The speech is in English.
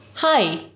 Hi